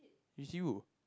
reuse